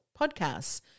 podcasts